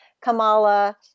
Kamala